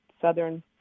Southern